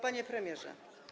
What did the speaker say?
Panie Premierze!